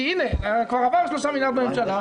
כי הרי כבר עברו שלושה מיליארד בממשלה.